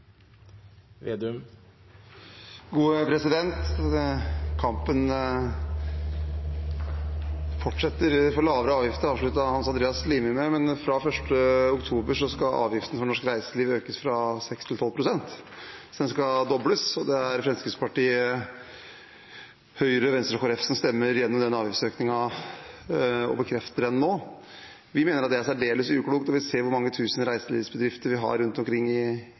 Kampen fortsetter for lavere avgifter, avsluttet Hans Andreas Limi med, men fra 1. oktober skal avgiftene for norsk reiseliv økes fra 6 til 12 pst. De skal dobles, og det er Fremskrittspartiet, Høyre, Venstre og Kristelig Folkeparti som stemmer igjennom denne avgiftsøkningen og bekrefter det nå. Vi mener at det er særdeles uklokt. Vi ser hvor mange tusen reiselivsbedrifter vi har rundt omkring i